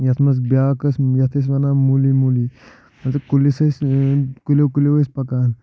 یَتھ منٛز بیاکھ ٲسۍ یَتھ ٲسۍ ونان موٗلی موٗلی یَتھ کُلِس ٲسۍ کُلٮ۪و کُلٮ۪و ٲسۍ پَکان